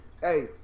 hey